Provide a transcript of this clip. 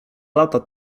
lata